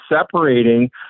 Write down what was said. separating